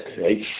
right